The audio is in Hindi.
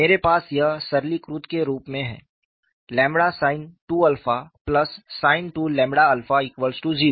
मेरे पास यह सरलीकृत के रूप में है ƛ sin 2 𝜶 sin 2 ƛ 𝜶 0